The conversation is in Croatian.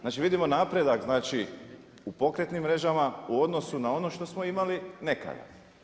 Znači vidimo napredak u pokretnim mrežama u odnosu na ono što smo imali nekada.